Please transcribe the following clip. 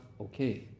okay